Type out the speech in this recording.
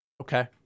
Okay